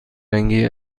رنگی